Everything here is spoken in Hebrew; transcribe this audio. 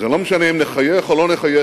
לא משנה אם נחייך או לא נחייך,